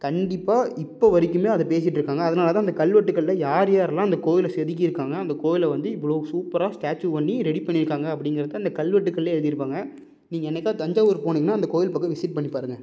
கண்டிப்பாக இப்போ வரைக்குமே அதை பேசிட்டுருக்காங்க அதனால தான் அந்த கல்வெட்டுக்களில் யார் யாரெல்லாம் அந்த கோயிலை செதுக்கிருக்காங்க அந்த கோயிலை வந்து இவ்வளோ சூப்பராக ஸ்டேச்சு பண்ணி ரெடி பண்ணி இருக்காங்க அப்படிங்கிறது அந்த கல்வெட்டுக்கள்லையே எழுதி இருப்பாங்க நீங்கள் என்னைக்காவது தஞ்சாவூர் போனீங்கன்னா அந்த கோயில் பக்கம் விசிட் பண்ணி பாருங்கள்